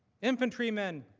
infantrymen,